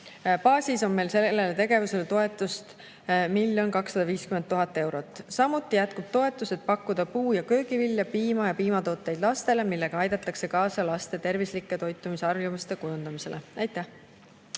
Baasis on meil sellele tegevusele toetust 1 250 000 eurot. Samuti jätkub toetus, et pakkuda puu- ja köögivilja, piima ja piimatooteid lastele, millega aidatakse kaasa laste tervislike toitumisharjumuste kujundamisele. Aitäh!